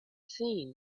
seen